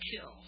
kill